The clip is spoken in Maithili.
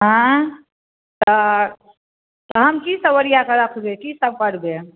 आँ तऽ तहन की सब ओरिआ कऽ रखबै की सब करबै